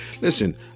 listen